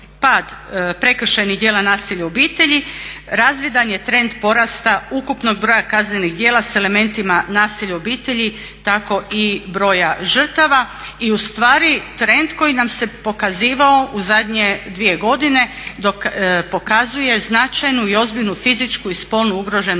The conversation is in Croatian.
pad prekršajnih djela nasilja u obitelji razvidan je trend porasta ukupnog broja kaznenih djela sa elementima nasilja u obitelji tako i broja žrtava. I u stvari trend koji nam se pokazivao u zadnje dvije godine pokazuje značajnu i ozbiljnu fizičku i spolnu ugroženost